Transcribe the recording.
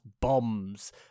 bombs